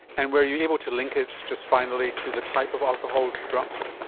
and were you able to link it, just finally, to the type of alcohol drunk?